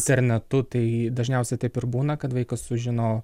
internetu tai dažniausiai taip ir būna kad vaikas sužino